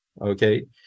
Okay